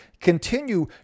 continue